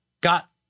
got